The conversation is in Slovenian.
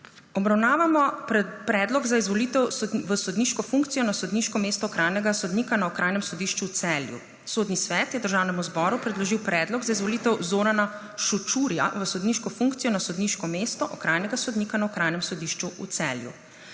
obravnavamo še Predlog za izvolitev v sodniško funkcijo na sodniško mesto okrajne sodnice na Okrajnem sodišču v Velenju. Sodni svet je Državnemu zboru predložil predlog za izvolitev mag. Brine Felc v sodniško funkcijo na sodniško mesto okrajne sodnice na Okrajnem sodišču v Velenju.